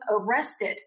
arrested